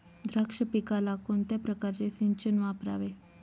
द्राक्ष पिकाला कोणत्या प्रकारचे सिंचन वापरावे?